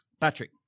Patrick